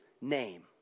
name